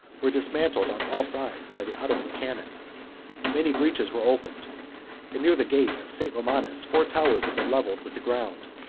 were dismantled on all sides by the ottoman cannon many breaches were opened and near the gate of st. romanus, four towers had been levelled with the ground.